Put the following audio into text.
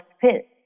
fit